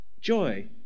joy